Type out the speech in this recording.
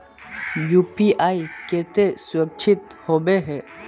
UPI केते सुरक्षित होबे है?